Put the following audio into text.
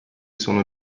sono